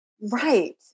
right